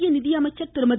மத்திய நிதியமைச்சர் திருமதி